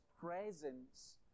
presence